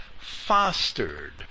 fostered